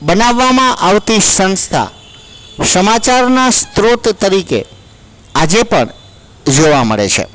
બનાવવામાં આવતી સંસ્થા સમાચારના સ્ત્રોત તરીકે આજે પણ જોવા મળે છે